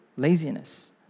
laziness